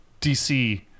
DC